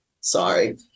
sorry